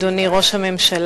אדוני ראש הממשלה,